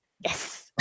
Yes